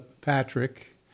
Patrick